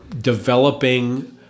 developing